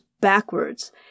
backwards